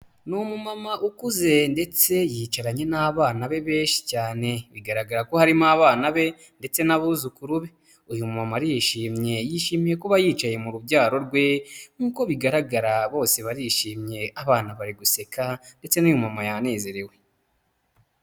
Ni umu mama ukuze ndetse yicaranye n'abana be benshi cyane bigaragara ko harimo abana be ndetse n'abuzukuru be uyu mu mama yishimye yishimiye kuba yicaye mu rubyaro rwe nk'uko bigaragara bose barishimye abana bari guseka ndetse n'umuma yanezerewe.